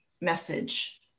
message